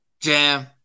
jam